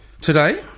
today